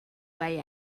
way